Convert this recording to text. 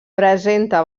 presenta